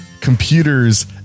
computers